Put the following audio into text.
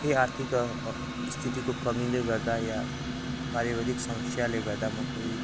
केही आर्थिक स्थितिको कमिले गर्दा या पारिवारिक समस्याले गर्दा म